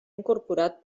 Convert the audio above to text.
incorporat